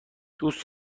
دوست